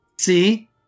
See